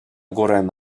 corrent